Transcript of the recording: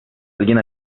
alguien